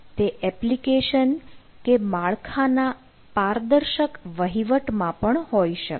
તે એપ્લિકેશન કે માળખાના પારદર્શક વહીવટ માં પણ હોઈ શકે